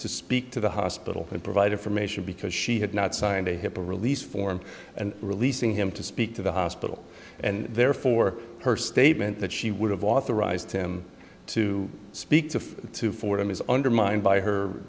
to speak to the hospital and provide information because she had not signed a hippo release form and releasing him to speak to the hospital and therefore her statement that she would have authorized him to speak to to fordham is undermined by her